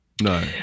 No